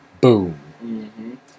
Boom